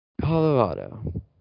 Colorado